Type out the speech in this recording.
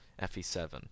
FE7